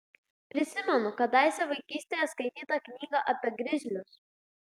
prisimenu kadaise vaikystėje skaitytą knygą apie grizlius